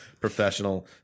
professional